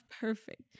perfect